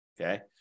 okay